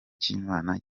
cy’imana